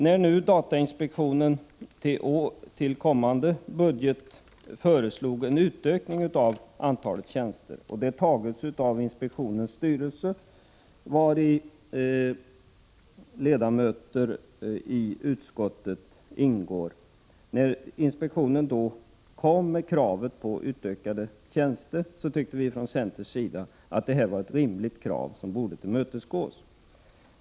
När nu datainspektionen till kommande budgetår föreslår en utökning av antalet tjänster — förslaget har antagits av datainspektionens styrelse, vari ledamöter i utskottet ingår — tycker vi från centerns sida att det är ett rimligt krav som bör tillmötesgås.